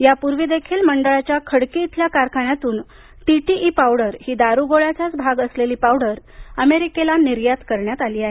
यापूर्वीदेखील मंडळाच्या खडकी इथल्या कारखान्यांतून टीटीई पावडर हा दारूगोळ्याचाच भाग असलेली पावडर अमेरिकेला निर्यात केली आहे